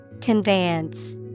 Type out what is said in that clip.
conveyance